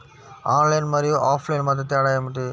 Online మరియు offline మధ్య తేడా ఏమిటీ?